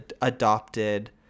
adopted